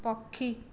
ପକ୍ଷୀ